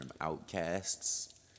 outcasts